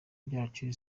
byacu